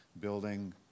building